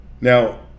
Now